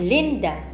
Linda